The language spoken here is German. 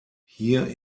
hier